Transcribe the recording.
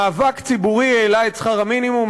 מאבק ציבורי העלה את שכר המינימום.